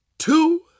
Two